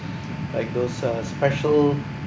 like those uh special